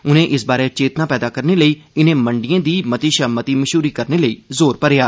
उनें इस बारै चेतना पैदा करने लेई इनें मंडियें दी मती शा मती मशहूरी करने लेई जोर मरेआ